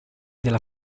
della